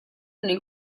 nel